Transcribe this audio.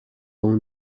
اون